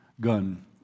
gun